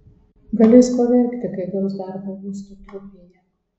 galės paverkti kai gaus darbą uosto trupėje